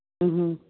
ਹੁੰ ਹੁੰ